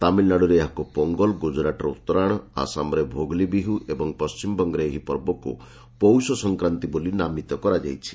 ତାମିଲନାଡୁରେ ଏହାକୁ ପୋଙ୍ଗଲ ଗୁଜରାଟରେ ଉତ୍ତରାୟଣ ଆସାମରେ ଭୋଗ୍ଲି ବିହୁ ଏବଂ ପଶ୍ଚିମବଙ୍ଗରେ ଏହି ପର୍ବକୁ ପୌଷ ସଫକ୍ରାନ୍ତି ବୋଲି ନାମିତ କରାଯାଇଛି